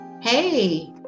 Hey